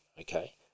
Okay